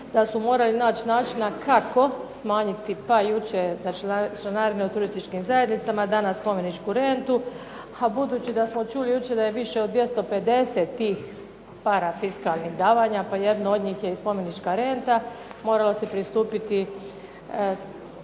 da su morali naći načina kakao smanjiti pa jučer članarine u turističkim zajednicama, danas spomeničku rentu. A budući da smo čuli jučer da je više od 250 tih parafiskalnih davanja pa jedna od njih je i spomenička renta, moralo se pristupiti